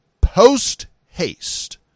post-haste